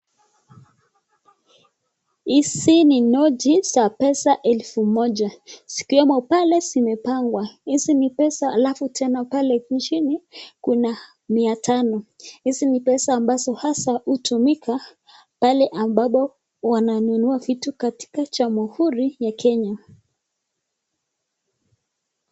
Hizi ni noti za pesa elfu moja zikiwemo pale zimepangwa ,hizi ni pesa alafu tena pale chini kuna mia tano ,hizi ni pesa ambazo haswa hutumika pale ambapo wananunua vitu katika jamhuri ya Kenya.